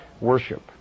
worship